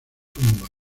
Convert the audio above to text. tumba